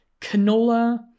canola